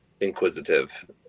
inquisitive